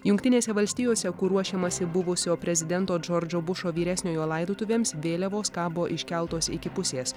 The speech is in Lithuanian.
jungtinėse valstijose kur ruošiamasi buvusio prezidento džordžo bušo vyresniojo laidotuvėms vėliavos kabo iškeltos iki pusės